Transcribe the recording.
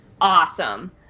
Awesome